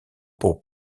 pour